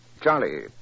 Charlie